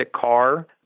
car